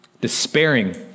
Despairing